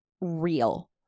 real